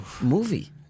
movie